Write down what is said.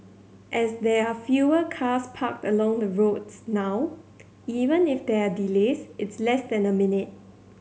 as there are fewer cars parked along the roads now even if there are delays it's less than a minute